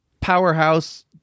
powerhouse